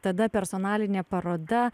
tada personalinė paroda